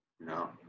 No